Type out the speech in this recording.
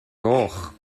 goch